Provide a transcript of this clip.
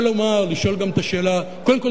קודם כול,